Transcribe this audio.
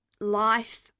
life